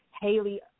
Haley